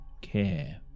care